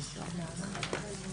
הישיבה ננעלה בשעה